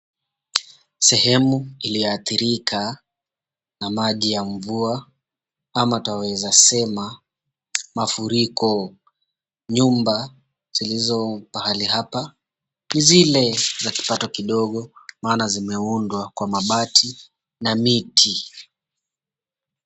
Sehemu iliyoathirika na maji ya mvua ama twaweza sema mafuriko. Nyumba zilizo pahali hapa ni zile za kipato kidogo maana zimeundwa kwa mabati na miti.